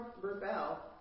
rebel